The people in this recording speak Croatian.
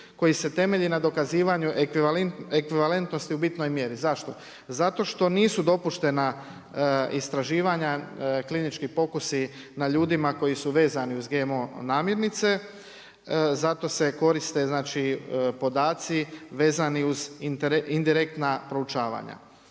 koji se temelji na dokazivanju ekvivalentnosti u bitnoj mjeri. Zašto? Zato što nisu dopuštena istraživanja, klinički pokusi na ljudima koji su vezani uz GMO namjernice, zato se koriste znači podaci vezani uz indirektna proučavanja.